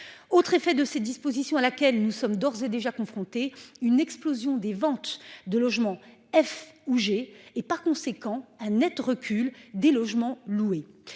Autre effet de ces dispositions à laquelle nous sommes d'ores et déjà confrontée une explosion des ventes de logements F ou G et par conséquent un Net recul des logements loués.